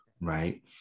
right